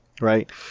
Right